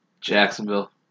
Jacksonville